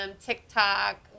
TikTok